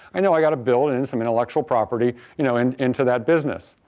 i know i've got to build in some intellectual property you know and into that business.